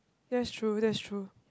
that's true that's true